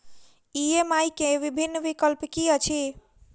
EMI केँ विभिन्न विकल्प की सब अछि